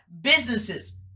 businesses